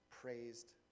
praised